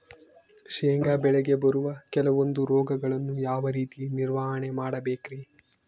ಶೇಂಗಾ ಬೆಳೆಗೆ ಬರುವ ಕೆಲವೊಂದು ರೋಗಗಳನ್ನು ಯಾವ ರೇತಿ ನಿರ್ವಹಣೆ ಮಾಡಬೇಕ್ರಿ?